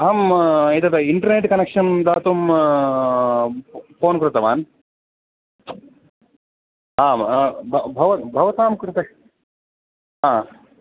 अहम् एतत् internet connection दातुं उम्म् फोन् कृतवान् आम् आ भ भवत् भवतां कृते आ